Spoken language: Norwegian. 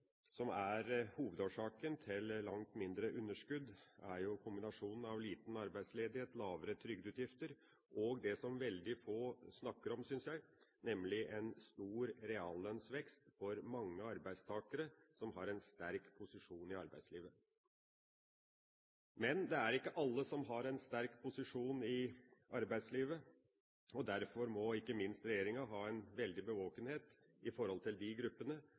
som er hovedårsaken til langt mindre underskudd, er kombinasjonen av liten arbeidsledighet, lavere trygdeutgifter og det som veldig få snakker om, synes jeg, nemlig en stor reallønnsvekst for mange arbeidstakere som har en sterk posisjon i arbeidslivet. Men det er ikke alle som har en sterk posisjon i arbeidslivet. Derfor må ikke minst regjeringa ha en veldig